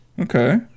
Okay